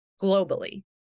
globally